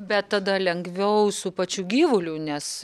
bet tada lengviau su pačiu gyvuliu nes